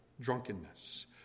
drunkenness